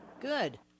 Good